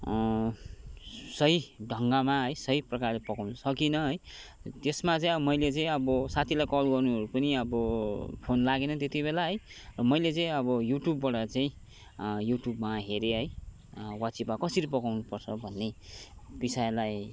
सही ढङ्गमा है सही प्रकारले पकाउनु सकिनँ है त्यसमा चाहिँ अब मैले चाहिँ अब साथीलाई कल गर्नुहरू पनि अब फोन लागेन त्यतिबेला है र मैले चाहिँ अब यूट्युबबाट चाहिँ यूट्युबमा हेरे है वाचिपा कसरी पकाउनुपर्छ भन्ने विषयलाई